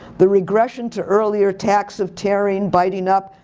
the regression to earlier tacts of tearing, biting up,